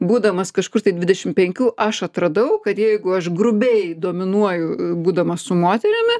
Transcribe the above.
būdamas kažkur tai dvidešim penkių aš atradau kad jeigu aš grubiai dominuoju būdamas su moterimi